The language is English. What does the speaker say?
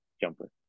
jumper